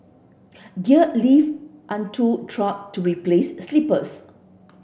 gear lifted unto track to replace sleepers